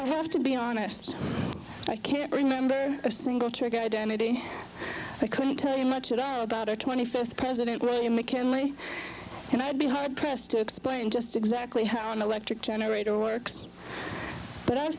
i have to be honest i can't remember a single trick identity i couldn't tell you much at all about our twenty fifth president william mckinley and i'd be hard pressed to explain just exactly how an electric generator works but i